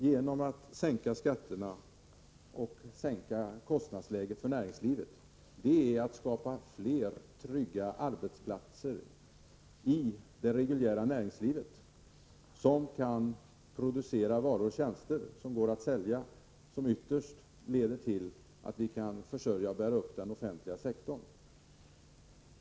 Genom att sänka skatterna och sänka kostnadsläget för näringslivet kan vi skapa fler trygga arbetsplatser i det reguljära näringslivet som kan producera varor och tjänster som går att sälja, vilket ytterst leder till att vi kan försörja och bära upp den offentliga sektorn.